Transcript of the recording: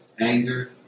anger